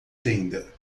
tenda